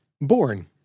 born